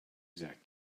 exact